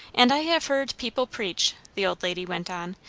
and i have heard people preach, the old lady went on,